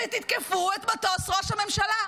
ותתקפו את מטוס ראש הממשלה.